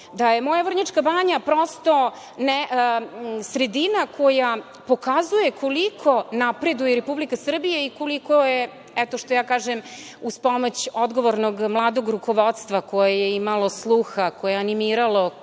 da je moja Vrnjačka Banja prosto sredina koja pokazuje koliko napreduje Republika Srbija i koliko je, eto, što ja kažem, uz pomoć odgovornog mladog rukovodstva, koje je imalo sluha, koje je animiralo,